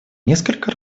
несколько